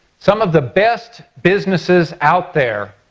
some of the best businesses out there